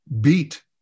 beat